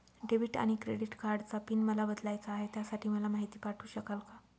Debit आणि credit कार्डचा PIN मला बदलायचा आहे, त्यासाठी मला माहिती पाठवू शकाल का?